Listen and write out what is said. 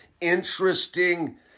interesting